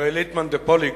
הרי לית מאן דפליג